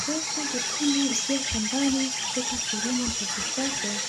Trekta jekudu likiwa shambani katika kilimo cha kisasa.